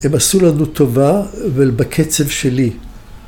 ‫הם עשו לנו טובה, אבל בקצב שלי.